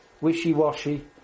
wishy-washy